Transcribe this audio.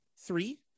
three